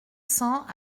cents